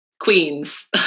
queens